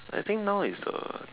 I think now is the